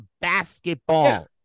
basketball